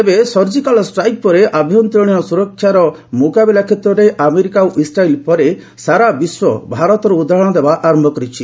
ତେବେ surgical strike ପରେ ଆଭ୍ୟନ୍ତରୀଣ ସୁରକ୍ଷାର ମୁକାବିଲା କ୍ଷେତ୍ରରେ ଆମେରିକା ଓ ଇସ୍ରାଏଲ ପରେ ସାରା ବିଶ୍ୱ ଭାରତର ଉଦାହରଣ ଦେବା ଆରମ୍ଭ କରିଛି